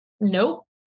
Nope